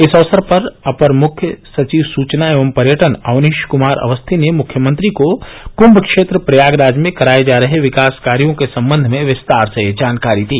इस अवसर पर अपर मुख्य सचिव सुचना एवं पर्यटन अवनीष कमार अवस्थी ने मुख्यमंत्री को कृम्भ क्षेत्र प्रयागराज में कराए जा रहे कार्यो के सम्बंध में विस्तार से जानकारी दी